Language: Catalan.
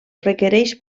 requereix